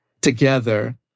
together